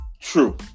True